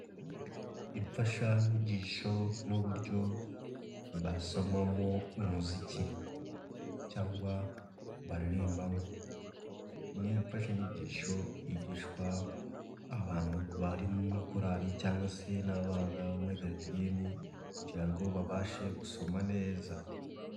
Imfashanyigisho n'uburyo basomamo umuziki cyangwa baririmbamo. Ni imfashanyigisho yigishwa abantu bari muri korali cyangwa se n'abana bo muri garidiyeni kugira ngo babashe gusoma neza.